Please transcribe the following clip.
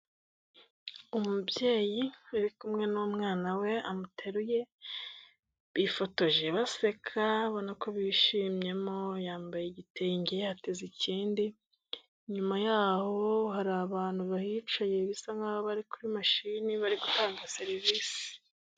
Umubyeyi uri kumwe n'umwana we amuteruye bifotoje baseka babona ko bishimyemo, yambaye igitenge ateze ikindi, nyuma yaho hari abantu bahicaye bisa nkaho bari kuri mashini bari gutanga serivisi.